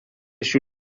šių